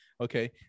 Okay